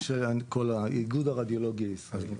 את איגוד הרדיולוגים בישראל.